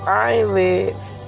eyelids